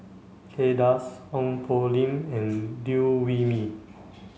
Kay Das Ong Poh Lim and Liew Wee Mee